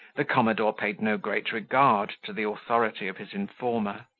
the commodore paid no great regard to the authority of his informer,